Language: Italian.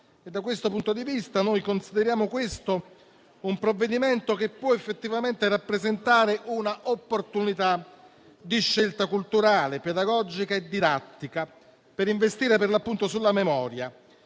Da questo punto di vista, consideriamo questo un provvedimento che può effettivamente rappresentare un'opportunità di scelta culturale, pedagogica e didattica per investire nella memoria